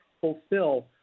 fulfill